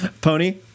pony